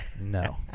No